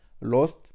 lost